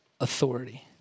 authority